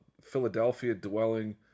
Philadelphia-dwelling